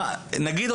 נגיד,